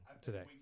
today